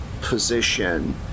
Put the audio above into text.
position